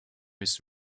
his